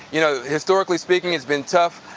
you know, historically speaking, it's been tough.